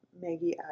Maggie